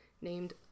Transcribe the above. named